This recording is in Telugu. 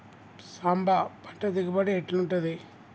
సాంబ పంట దిగుబడి ఎట్లుంటది?